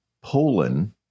Poland